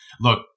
look